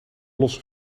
los